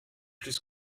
plus